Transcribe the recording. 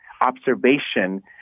observation